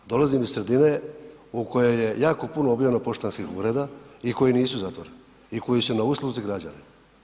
Dolazim iz sredine u kojoj je jako puno obijeno poštanskih ureda i koji nisu zatvoreni i koji su na usluzi građanima.